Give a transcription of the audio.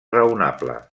raonable